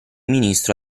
ministro